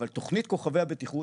אבל תוכנית כוכבי הבטיחות,